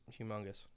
humongous